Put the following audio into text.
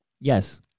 Yes